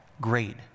great